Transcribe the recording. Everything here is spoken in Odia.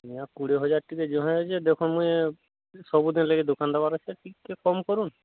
ଆଜ୍ଞା କୋଡ଼ିଏ ହଜାର ଟିକେ ଦେଖ ମୁଁ ସବୁ ଦିନ ଲାଗି ଦୋକାନ ଦେବାର ଅଛି ଟିକେ କମ୍ କରନ୍ତୁ